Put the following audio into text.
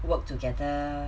work together